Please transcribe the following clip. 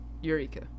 Eureka